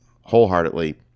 wholeheartedly